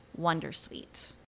Wondersuite